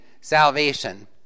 salvation